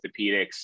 orthopedics